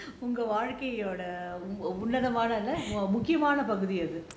உங்க வாழ்க்கையோட உன்னதமான முக்கியமான பகுதி அது:unga vaalkaiyoda unnathamaana mukkiyamaana paguthi athu